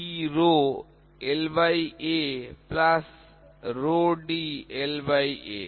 dLA প্রসারণ dRd